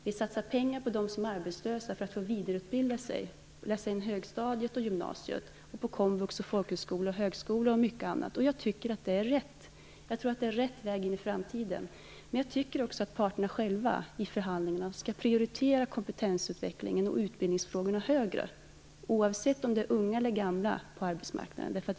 Vi satsar pengar på vidareutbildning av arbetslösa, som skall få läsa in högstadiet och genomgå gymnasium, komvux, folkhögskolor, högskolor och mycket annat, och jag tror att det är rätt väg in i framtiden. Men jag tycker också att parterna själva i förhandlingarna skall prioritera kompetensutvecklingen och utbildningsfrågorna högre, oavsett om det gäller unga eller gamla på arbetsmarknaden.